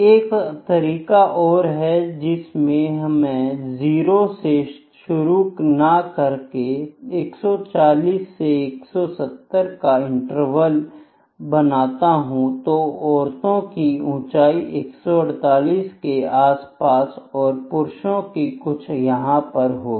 एक तरीका और है जिसमें मैं जीरो से शुरू ना करके 140 से 170 का इंटरवल बनाता हूं तो औरतों की ऊंचाई 148 के आसपास और पुरुषों की कुछ यहां पर होगी